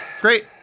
Great